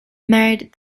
married